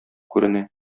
күренә